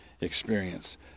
experience